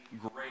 great